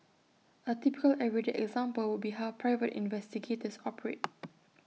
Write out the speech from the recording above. A typical everyday example would be how private investigators operate